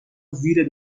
زیر